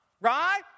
right